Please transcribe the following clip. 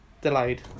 delayed